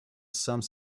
some